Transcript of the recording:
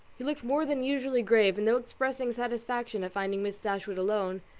he looked more than usually grave, and though expressing satisfaction at finding miss dashwood alone,